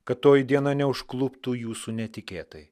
kad toji diena neužkluptų jūsų netikėtai